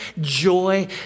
joy